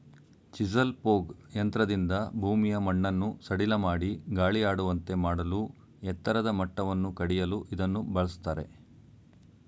chisel plough ಯಂತ್ರದಿಂದ ಭೂಮಿಯ ಮಣ್ಣನ್ನು ಸಡಿಲಮಾಡಿ ಗಾಳಿಯಾಡುವಂತೆ ಮಾಡಲೂ ಎತ್ತರದ ಮಟ್ಟವನ್ನು ಕಡಿಯಲು ಇದನ್ನು ಬಳ್ಸತ್ತರೆ